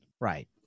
Right